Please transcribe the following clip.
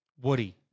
Woody